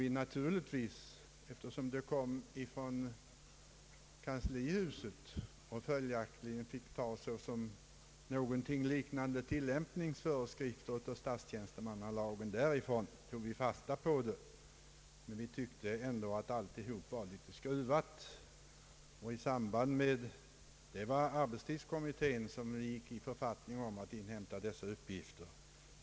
Visserligen har det från kanslihuset meddelats något som kunnat uppfattas såsom tillämpningsföreskrifter till statstjänstemannalagen, men vi har tyckt att det hela gick på skruvar och knappast kunde betraktas som tillfredsställande efter det arbetstidslagen blivit gällande. Det var arbetstidskommittén som gick i författning om att inhämta dessa uppgifter.